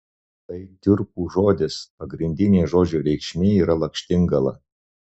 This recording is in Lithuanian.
tai tiurkų žodis pagrindinė žodžio reikšmė yra lakštingala